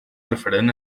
referent